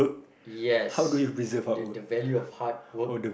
yes the the the value of hard work